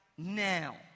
Now